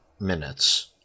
minutes